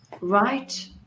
right